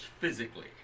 physically